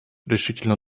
решительно